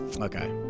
Okay